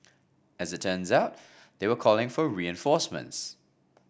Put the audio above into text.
as it turns out they were calling for reinforcements